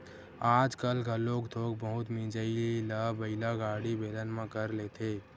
आजकाल घलोक थोक बहुत मिजई ल बइला गाड़ी, बेलन म कर लेथे